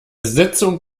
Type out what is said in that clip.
sitzung